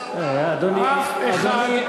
אף אחד לא אמר,